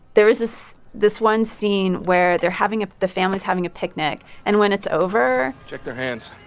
there was this this one scene where they're having ah the family's having a picnic. and when it's over. check their hands.